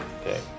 Okay